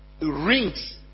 rings